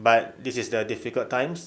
but this is their difficult times